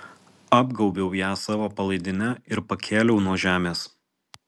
apgaubiau ją savo palaidine ir pakėliau nuo žemės